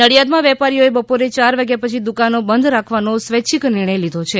નડિયાદ માં વેપારીઓ એ બપોરે ચાર વાગ્યા પછી દુકાનો બંધ રાખવાનો સ્વૈચ્છિક નિર્ણય લીધો છે